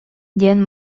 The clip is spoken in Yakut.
диэн